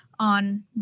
on